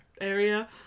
area